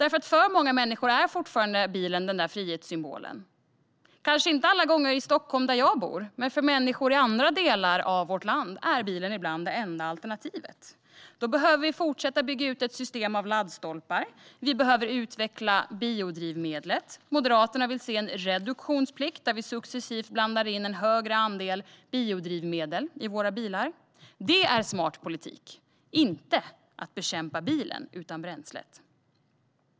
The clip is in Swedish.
För många människor är fortfarande bilen frihetssymbolen - kanske inte alla gånger i Stockholm, där jag bor, men för människor i andra delar av vårt land är bilen ibland det enda alternativet. Då behöver vi fortsätta bygga ut ett system av laddstolpar. Vi behöver utveckla biodrivmedel. Moderaterna vill se en reduktionsplikt, där vi successivt blandar in en högre andel biodrivmedel i våra bilar. Det är smart politik - inte att bekämpa bilen utan bränslet.